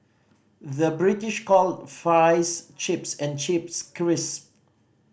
the British call fries chips and chips crisp